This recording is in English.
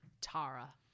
Tara